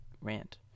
rant